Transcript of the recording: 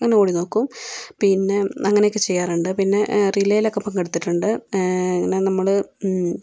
അങ്ങനെ ഓടി നോക്കും പിന്നെ അങ്ങനെയൊക്കെ ചെയ്യാറുണ്ട് പിന്നെ റിലേയിലൊക്കെ പങ്കെടുത്തിട്ടുണ്ട് ഇങ്ങനെ നമ്മള്